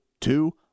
Two